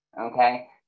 okay